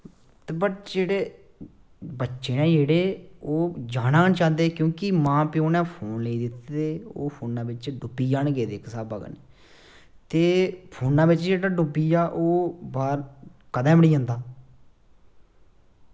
ते पर बच्चे न जेह्ड़े ओह् जाना गै निं देना चाहंदे क्योंकि मां प्यो नै फोन लेई दित्ते दा ते ओह् फोनै बिच डुब्बी जन गेदे न इक्क जादै ते फोनै बिच जेह्ड़ा डुब्बी गेआ ओह् बाहर कदें बी निं जंदा